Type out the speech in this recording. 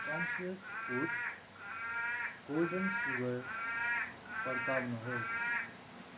conscious foods golden sugar फर्काउनुहोस्